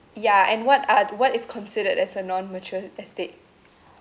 ya and what are th~ what is considered as a non matured estate